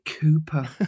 Cooper